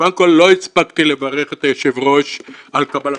קודם כל לא הספקתי לברך את היושב ראש על קבלתו,